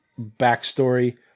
backstory